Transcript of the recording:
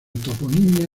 toponimia